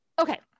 Okay